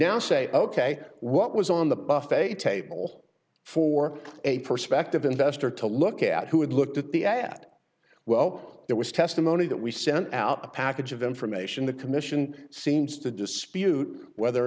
you now say ok what was on the buffet table for a prospective investor to look at who had looked at the at well there was testimony that we sent out a package of information the commission seems to dispute whether or